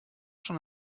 schon